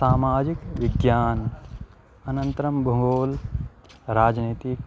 सामाजिक विज्ञानम् अनन्तरं भूगोलः राजनीतिः